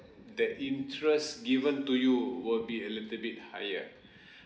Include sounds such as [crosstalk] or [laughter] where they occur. that interest given to you will be a little bit higher [breath]